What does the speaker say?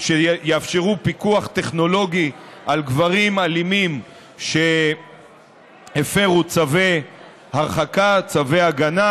שיאפשרו פיקוח טכנולוגי על גברים אלימים שהפרו צווי הרחקה וצווי ההגנה.